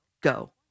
go